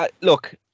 Look